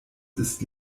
ist